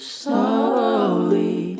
slowly